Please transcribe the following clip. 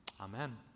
Amen